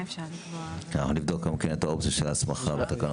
אנחנו נבדוק את האופציה של הסמכה בתקנות.